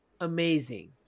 amazing